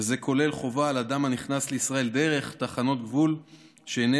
וזה כולל חובה על אדם הנכנס לישראל דרך תחנות גבול שאינן